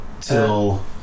till